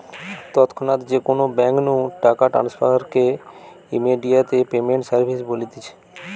তৎক্ষণাৎ যে কোনো বেঙ্ক নু টাকা ট্রান্সফার কে ইমেডিয়াতে পেমেন্ট সার্ভিস বলতিছে